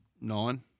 Nine